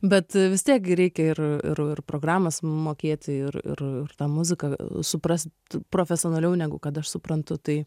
bet vis tiek gi reikia ir ir ir programas mokėti ir ir tą muziką suprasti profesionaliau negu kad aš suprantu tai